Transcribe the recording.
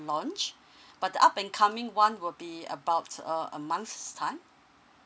laungh but the up and coming one will be about uh a month time